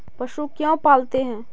पशु क्यों पालते हैं?